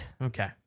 Okay